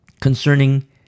Concerning